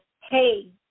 hey